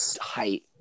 height